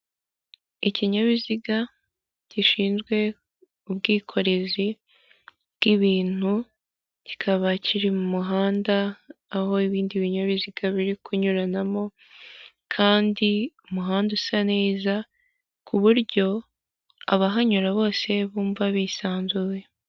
Ikinyabiziga gishinzwe ubwikorezi bw'ibintu, kikaba kiri mu muhanda aho ibindi binyabiziga biri kunyuranamo kandi umuhanda usa neza, ku buryo abahanyura bose bumva bisanzuye.